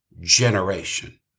generation